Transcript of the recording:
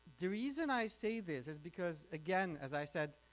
the reason i say this is because, again, as i said,